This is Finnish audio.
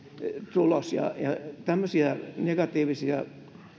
tulos tämmöisiä negatiivisia